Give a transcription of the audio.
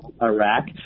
Iraq